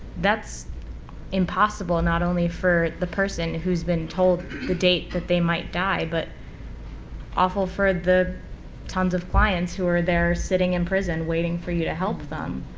that's impossible not only for the person who's been told the date that they might die but awful for the tons of clients who are there, sitting in prison waiting for you to help them.